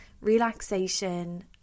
relaxation